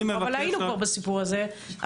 אבל היינו כבר בסיפור הזה,